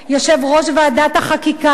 של יושב-ראש ועדת החוקה,